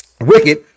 Wicked